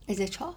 et cetera